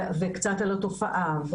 וקצת על התופעה.